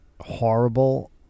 horrible